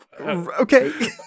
Okay